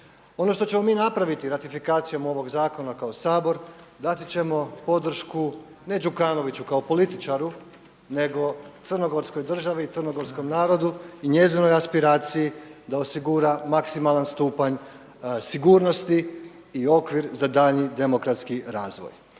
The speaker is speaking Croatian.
Ono što ćemo mi napraviti ratifikacijom ovog zakona kao Sabor dati ćemo podršku ne Đukanoviću kao političaru nego crnogorskoj državi i crnogorskom narodu i njezinoj aspiraciji da osigura maksimalan stupanj sigurnosti i okvir za daljnji demokratski razvoj.